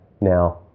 Now